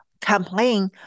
complain